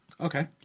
Okay